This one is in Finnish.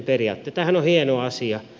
tämähän on hieno asia